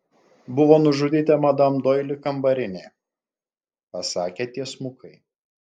buvo nužudyta madam doili kambarinė pasakė tiesmukai